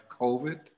COVID